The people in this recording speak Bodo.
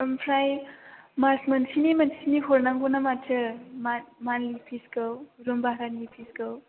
ओमफ्राय मास मोनसेनि मोनसेनि हरनांगौ ना माथो मास मान्थलि फिसखौ रुम भारानि फिसखौ